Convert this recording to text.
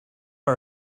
our